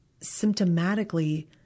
symptomatically